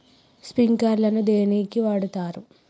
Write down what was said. Sprinkler ను దేనికి వాడుతరు?